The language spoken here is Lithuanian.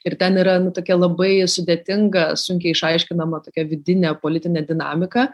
ir ten yra nu tuokia labai sudėtinga sunkiai išaiškinama tokia vidinė politinė dinamika